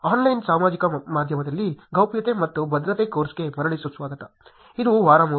online ಸಾಮಾಜಿಕ ಮಾಧ್ಯಮದಲ್ಲಿ ಗೌಪ್ಯತೆ ಮತ್ತು ಭದ್ರತೆ ಕೋರ್ಸ್ಗೆ ಮರಳಿ ಸುಸ್ವಾಗತ ಇದು ವಾರ 3